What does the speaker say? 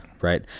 right